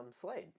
Slade